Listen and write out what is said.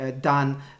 done